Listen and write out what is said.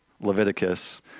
Leviticus